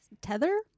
Tether